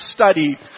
study